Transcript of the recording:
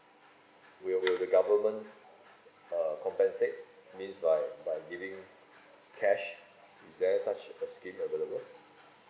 will the the government uh compensate means by by giving cash is there such a scheme available